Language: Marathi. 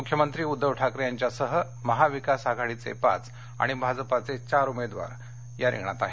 मुख्यमंत्री उद्धव ठाकरे यांच्यासह महाविकास आघाडीचे पाच आणि भाजपाचे चार उमेदवार आहेत